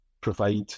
provide